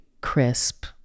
crisp